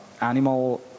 animal